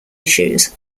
issues